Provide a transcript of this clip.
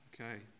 Okay